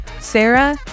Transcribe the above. Sarah